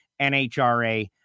NHRA